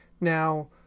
Now